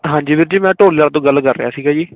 ਹਾਂਜੀ ਵੀਰ ਜੀ ਮੈਂ ਢੋਲੇਆਲ਼ ਤੋਂ ਗੱਲ ਕਰ ਰਿਹਾ ਸੀਗਾ ਜੀ